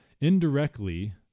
indirectly